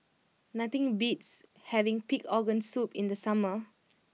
nothing beats having Pig Organ Soup in the summer